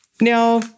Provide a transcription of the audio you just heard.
Now